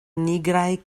nigraj